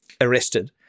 arrested